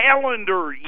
calendar